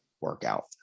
workout